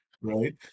right